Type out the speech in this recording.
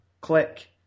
click